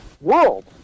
world